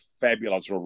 fabulous